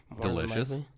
Delicious